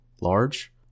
large